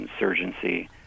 insurgency